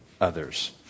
others